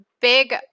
big